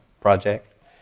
project